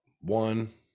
one